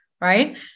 right